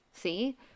See